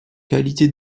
qualité